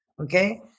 okay